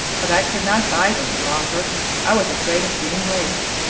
but i could not bide any longer i was afraid of being late.